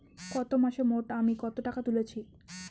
গত মাসে মোট আমি কত টাকা তুলেছি?